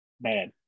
Bad